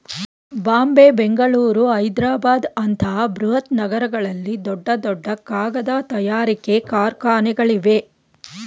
ಬಾಂಬೆ, ಬೆಂಗಳೂರು, ಹೈದ್ರಾಬಾದ್ ಅಂತ ಬೃಹತ್ ನಗರಗಳಲ್ಲಿ ದೊಡ್ಡ ದೊಡ್ಡ ಕಾಗದ ತಯಾರಿಕೆ ಕಾರ್ಖಾನೆಗಳಿವೆ